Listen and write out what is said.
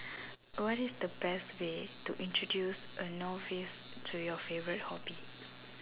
what is the best way to introduce a novice to your favourite hobby